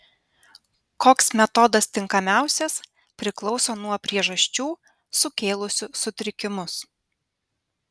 koks metodas tinkamiausias priklauso nuo priežasčių sukėlusių sutrikimus